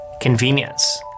Convenience